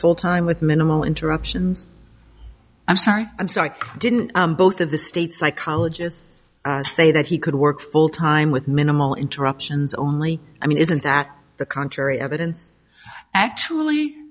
full time with minimal interruptions i'm sorry and so i didn't both of the state psychologists say that he could work full time with minimal interruptions only i mean isn't that the contrary evidence actually